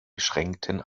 beschränkten